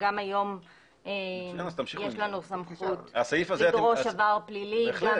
גם היום יש לנו סמכות לדרוש עבר פלילי,